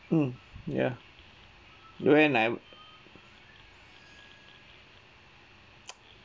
mm ya you and I'm